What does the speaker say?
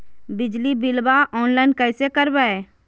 बिजली बिलाबा ऑनलाइन कैसे करबै?